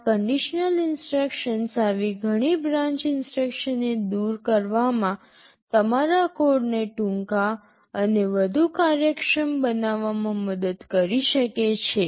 આ conditional instructions આવી ઘણી બ્રાન્ચ ઇન્સટ્રક્શન ને દૂર કરવામાં તમારા કોડને ટૂંકા અને વધુ કાર્યક્ષમ બનાવવામાં મદદ કરી શકે છે